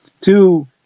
two